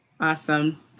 Awesome